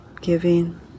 giving